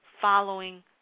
following